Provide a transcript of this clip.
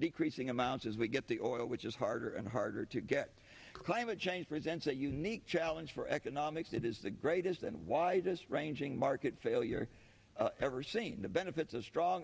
decreasing amounts as we get the oil which is harder and harder to get climate change presents a unique challenge for economics that is the greatest and widest ranging market failure ever seen the benefits of strong